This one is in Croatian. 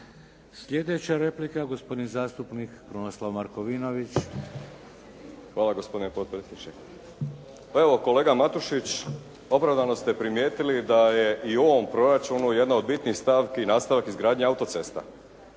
Sljedeća replika, gospodin zastupnik Krunoslav Markovinović. **Markovinović, Krunoslav (HDZ)** Hvala gospodine potpredsjedniče. Pa evo kolega Matušić opravdano ste primijetili da je i u ovom proračunu jedna od bitnih stavki nastavak izgradnje autocesta